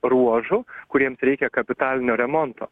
ruožų kuriems reikia kapitalinio remonto